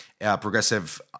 progressive